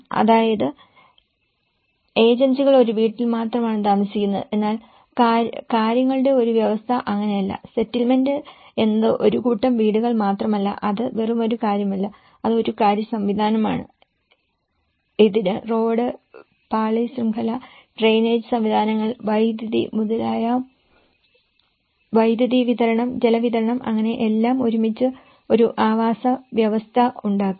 അതായത് ഏജൻസികൾ ഒരു വീട്ടിൽ മാത്രമാണ് നോക്കുന്നത് എന്നാൽ കാര്യങ്ങളുടെ ഒരു വ്യവസ്ഥ അങ്ങനെയല്ല സെറ്റിൽമെന്റ് എന്നത് ഒരു കൂട്ടം വീടുകൾ മാത്രമല്ല അത് വെറുമൊരു കാര്യമല്ല അത് ഒരു കാര്യ സംവിധാനമാണ് ഇതിന് റോഡ് പാളി ശൃംഖല ഡ്രെയിനേജ് സംവിധാനങ്ങൾ വൈദ്യുതി വിതരണം ജലവിതരണം അങ്ങനെ എല്ലാം ഒരുമിച്ച് ഒരു ആവാസവ്യവസ്ഥ ഉണ്ടാക്കുന്നു